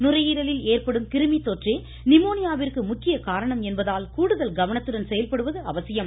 நுரையீரலில் ஏற்படும் கிருமி தொற்றே நிமோனியாவிற்கு முக்கிய காரணம் என்பதால் கூடுதல் கவனத்துடன் செயல்படுவது அவசியம்